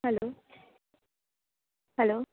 hello hello